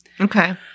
Okay